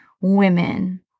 women